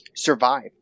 survive